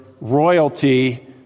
royalty